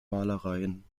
malereien